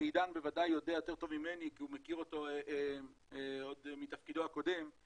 שעידן בוודאי יודע יותר טוב ממני כי הוא מכיר אותו עוד מתפקידו הקודם,